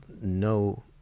no